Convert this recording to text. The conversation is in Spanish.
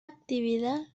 actividad